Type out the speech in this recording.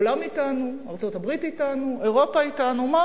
העולם אתנו, ארצות-הברית אתנו, אירופה אתנו.